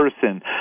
person